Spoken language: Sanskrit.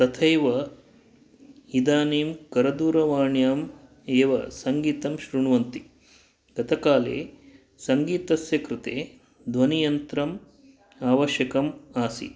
तथैव इदानीं करदूरवाण्यां एव सङ्गीतं श्रुण्वन्ति गतकाले सङ्गीतस्य कृते ध्वनियन्त्रम् आवश्यकम् आसीत्